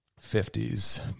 fifties